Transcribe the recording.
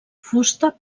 fusta